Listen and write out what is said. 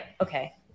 okay